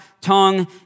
tongue